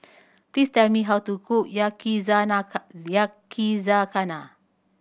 please tell me how to cook Yakizakana